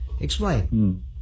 Explain